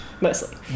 mostly